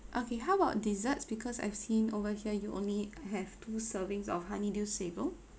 okay how about desserts because I've seen over here you only have two servings of honeydew sago